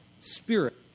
spirit